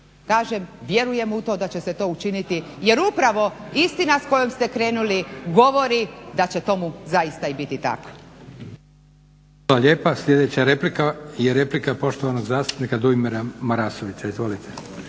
Kažem, vjerujem u to, da će se to učiniti jer upravo istina s kojom ste krenuli govori da će tomu zaista i biti tako.